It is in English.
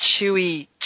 chewy